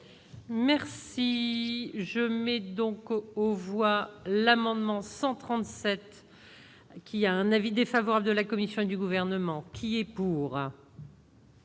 Merci, je mets donc aux voix l'amendement 137 qui a un avis défavorable de la Commission et du gouvernement qui est pour.